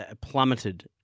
plummeted